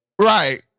Right